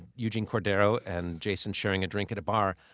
eugene cordero, and jason sharing a drink at a bar.